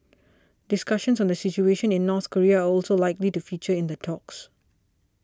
discussions on the situation in North Korea are also likely to feature in the talks